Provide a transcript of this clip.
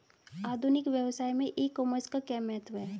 आधुनिक व्यवसाय में ई कॉमर्स का क्या महत्व है?